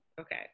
okay